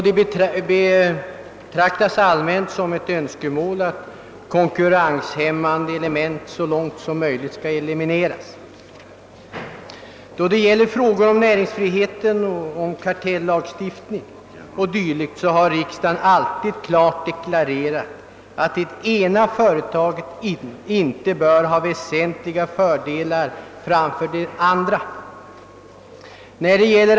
Det betrak tas allmänt som ett önskemål att kon kurrenshämmande element så långt som möjligt skall elimineras. Då det gäller frågor om näringsfrihet, kartellagstiftning och dylikt har riksdagen alltid klart deklarerat att det ena företaget inte bör ha väsentliga fördelar framför det andra.